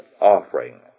offering